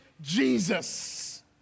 Jesus